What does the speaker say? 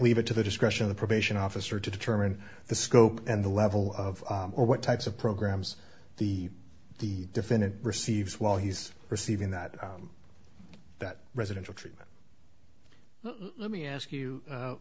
leave it to the discretion of the probation officer to determine the scope and the level of or what types of programs the the defendant receives while he's receiving that that residential treatment let me ask you